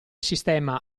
sistema